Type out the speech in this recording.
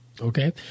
Okay